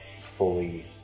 fully